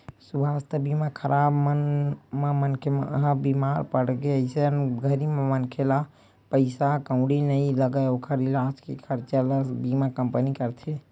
सुवास्थ बीमा के कराब म मनखे ह बीमार पड़गे अइसन घरी म मनखे ला पइसा कउड़ी नइ लगय ओखर इलाज के खरचा ल बीमा कंपनी करथे